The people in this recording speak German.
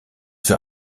für